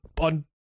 on